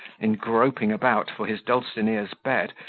in groping about for his dulcinea's bed,